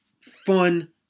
fun